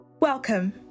Welcome